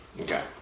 Okay